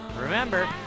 Remember